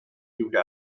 gjorde